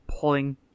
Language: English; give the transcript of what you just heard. pulling